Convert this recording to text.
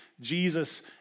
Jesus